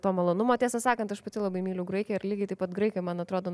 to malonumo tiesą sakant aš pati labai myliu graikiją ir lygiai taip pat graikai man atrodo